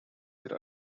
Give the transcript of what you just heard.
there